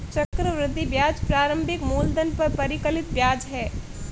चक्रवृद्धि ब्याज प्रारंभिक मूलधन पर परिकलित ब्याज है